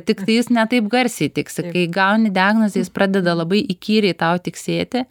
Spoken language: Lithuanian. tiktai jis ne taip garsiai tiksi kai gauni diagnozę jis pradeda labai įkyriai tau tiksėti